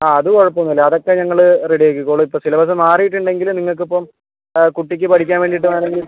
ആ അത് കുഴപ്പം ഒന്നും ഇല്ല അതൊക്കെ ഞങ്ങൾ റെഡി ആക്കിക്കോളും ഇപ്പം സിലബസ് മാറിയിട്ടുണ്ടെങ്കിൽ നിങ്ങൾക്ക് ഇപ്പം കുട്ടിക്ക് പഠിക്കാൻ വേണ്ടിയിട്ട് വേണമെങ്കിൽ